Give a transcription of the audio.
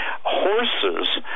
horses